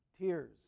tears